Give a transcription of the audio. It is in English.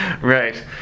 Right